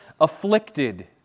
afflicted